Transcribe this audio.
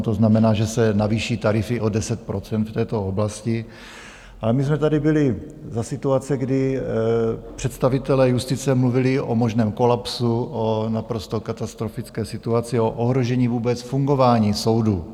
To znamená, že se navýší tarify o 10 % v této oblasti, a my jsme tady byli za situace, kdy představitelé justice mluvili o možném kolapsu, o naprosto katastrofické situaci, o ohrožení vůbec fungování soudů.